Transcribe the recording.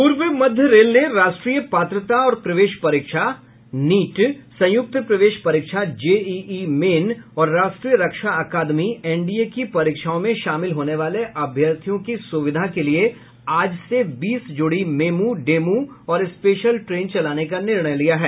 पूर्व मध्य रेल ने राष्ट्रीय पात्रता और प्रवेश परीक्षा नीट संयुक्त प्रवेश परीक्षा जेईई मेन और राष्ट्रीय रक्षा अकादमी एनडीए की परीक्षाओं में शामिल होने वाले अभ्यर्थियों की सुविधा के लिए आज से बीस जोड़ी मेमू डेमू और स्पेशल ट्रेन चलाने का निर्णय लिया है